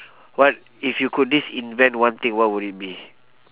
what if you could disinvent one thing what would it be